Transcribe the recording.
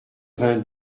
vingt